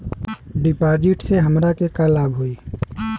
डिपाजिटसे हमरा के का लाभ होई?